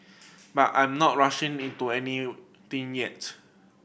but I'm not rushing into anything yet